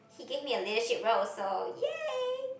he gave me a leadership role so ya